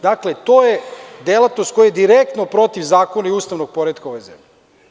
Dakle, to je delatnost koja je direktno protiv zakona i ustavnog poretka u ovoj zemlji.